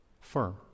firm